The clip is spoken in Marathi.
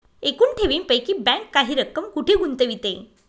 एकूण ठेवींपैकी बँक काही रक्कम कुठे गुंतविते?